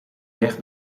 weg